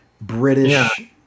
British